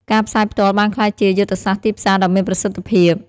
ការផ្សាយផ្ទាល់បានក្លាយជាយុទ្ធសាស្ត្រទីផ្សារដ៏មានប្រសិទ្ធភាព។